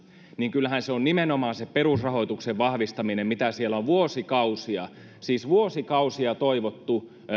niin kyllähän se on nimenomaan se perusrahoituksen vahvistaminen mitä siellä on vuosikausia siis vuosikausia toivottu